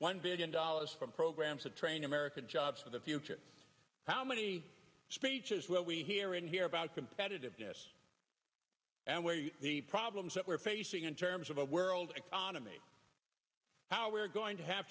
one billion dollars from programs to train american jobs for the future how many speeches will we hear and hear about competitiveness and where your problems that we're facing in terms of the world economy how we're going to have